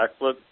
backflip